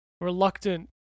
reluctant